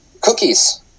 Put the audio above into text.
cookies